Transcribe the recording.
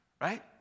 right